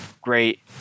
great